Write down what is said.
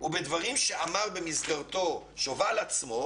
ובדברים שאמר במסגרתו שובל עצמו,